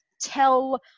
tell